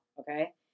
Okay